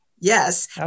Yes